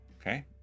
Okay